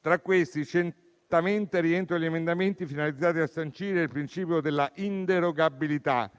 Tra questi, certamente rientrano gli emendamenti finalizzati a sancire il principio della inderogabilità